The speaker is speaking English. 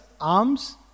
arms